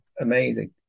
amazing